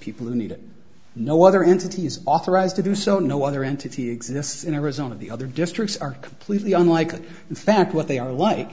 people who need it no other entity is authorized to do so no other entity exists in arizona the other districts are completely unlike in fact what they are like